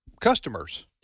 customers